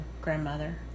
grandmother